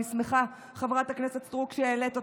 אני שמחה, חברת הכנסת סטרוק, שהעלית אותו.